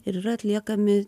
ir yra atliekami